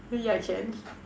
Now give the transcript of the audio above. yeah can